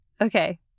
Okay